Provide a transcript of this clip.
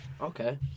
Okay